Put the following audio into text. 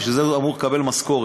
בשביל זה הוא אמור לקבל משכורת.